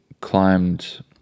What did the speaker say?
climbed